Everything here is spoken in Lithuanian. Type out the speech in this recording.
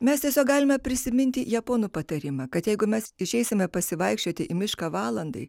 mes tiesiog galime prisiminti japonų patarimą kad jeigu mes išeisime pasivaikščioti į mišką valandai